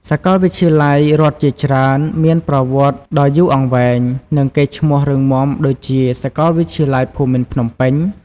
សាកលវិទ្យាល័យរដ្ឋជាច្រើនមានប្រវត្តិដ៏យូរអង្វែង និងកេរ្តិ៍ឈ្មោះរឹងមាំដូចជា សាកលវិទ្យាល័យភូមិន្ទភ្នំពេញ។